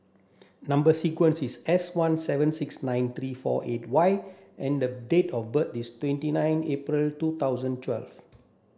number sequence is S one seven six nine three four eight Y and the date of birth is twenty nine April two thousand twelve